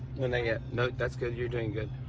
no, not yet. no. that's good. you're doing good.